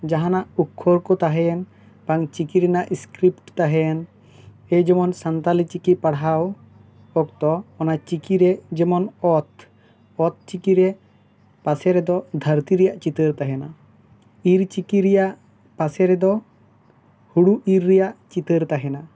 ᱡᱟᱦᱟᱱᱟᱜ ᱚᱠᱷᱚ ᱠᱚ ᱛᱟᱦᱮᱸᱭᱮ ᱯᱟᱱ ᱪᱤᱞᱤ ᱨᱮᱱᱟᱜ ᱤᱥᱠᱤᱨᱤᱯᱴ ᱛᱟᱦᱮᱸᱭᱮᱱ ᱡᱮ ᱡᱮᱢᱚᱱ ᱥᱟᱱᱛᱟᱲᱤ ᱪᱤᱠᱤ ᱯᱟᱲᱦᱟᱣ ᱚᱠᱛᱚ ᱚᱱᱟ ᱪᱤᱠᱤ ᱨᱮ ᱡᱮᱢᱚᱱ ᱚᱛ ᱚᱛ ᱪᱤᱠᱤ ᱨᱮ ᱯᱟᱥᱮ ᱨᱮᱫᱚ ᱫᱷᱟᱹᱨᱛᱤ ᱨᱮᱭᱟᱜ ᱪᱤᱛᱟᱹᱨ ᱛᱟᱦᱮᱱᱟ ᱤᱨ ᱪᱤᱠᱤ ᱨᱮᱭᱟᱜ ᱛᱟᱥᱮ ᱨᱮ ᱫᱚ ᱦᱳᱲᱳ ᱤᱨ ᱨᱮᱭᱟᱜ ᱪᱤᱛᱟᱹᱨ ᱛᱟᱦᱮᱱᱟ